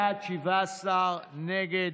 בעד, 17, נגד,